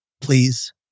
Please